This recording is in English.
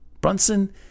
Brunson